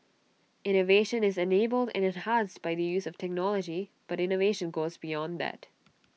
innovation is enabled and enhanced by the use of technology but innovation goes beyond that